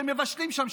שמבשלים שם,